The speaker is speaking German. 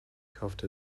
kauft